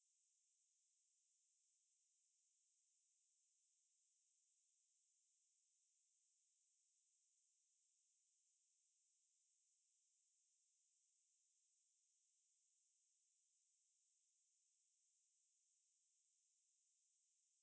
um I mean எல்லார்ட்டையும் சொன்னேன்:ellaarttayum sonen there were four other people in the group lah so I told them all like oh err message me if you have any ideas and this and that then this particular guy said oh err I'm actually a very experienced err video editor I actually err have a lot of softwares this and that